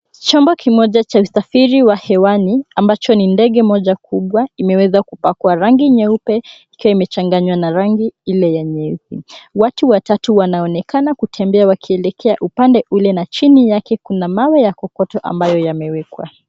Chombo kimoja cha usafiri wa hewani ambacho ni ndege moja kubwa imeweza kupakwa rangi nyeupe ikiwa imechanganywa na rangi ile ya nyeusi. Watu watatu wanaonekana kutembea wakielekea upande ule na chini yake kuna mawe ya kokoto ambayo yamewekwa.